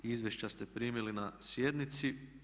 Izvješća ste primili na sjednici.